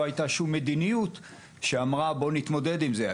לא הייתה מדיניות שהחליטה להתמודד עם זה.